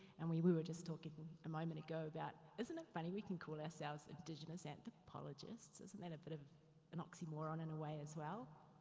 and we, we were just talking a moment ago, about, isn't it funny we can call ourselves indigenous anthropologists. isn't that a bit of an oxymoron in a way as well.